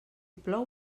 plou